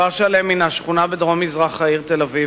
כפר-שלם הוא שכונה בדרום-מזרח העיר תל-אביב,